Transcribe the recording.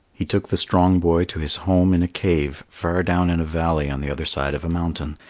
he took the strong boy to his home in a cave far down in a valley on the other side of a mountain,